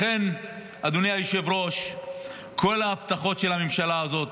לכן, אדוני היושב-ראש, כל ההבטחות של הממשלה הזאת,